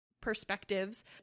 perspectives